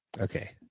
Okay